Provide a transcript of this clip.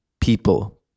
people